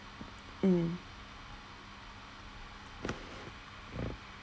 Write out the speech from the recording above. mm